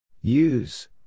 Use